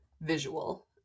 visual